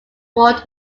world